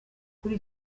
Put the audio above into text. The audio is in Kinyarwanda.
kuri